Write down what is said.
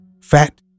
fat